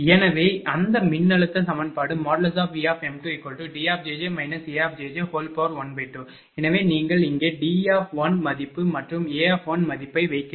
எனவே அந்த மின்னழுத்த சமன்பாடு Vm2Djj A12 எனவே நீங்கள் இங்கே D மதிப்பு மற்றும் A மதிப்பை வைக்கிறீர்கள்